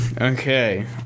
okay